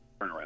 turnaround